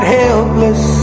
helpless